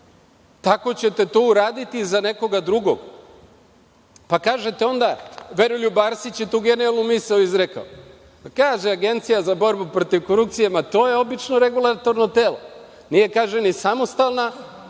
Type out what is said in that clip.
tako ćete to uraditi za nekoga drugo. Kažete onda, Veroljub Arsić je tu genijalnu misao izrekao, kaže – Agencija za borbu protiv korupcije, ma to je obično regulatorno telo, nije kaže ni samostalna,